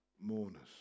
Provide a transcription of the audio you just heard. mourners